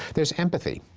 there's empathy.